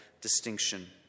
distinction